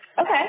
Okay